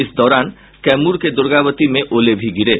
इस दौरान कैमूर के दूर्गावती में ओले भी गिरे